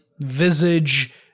Visage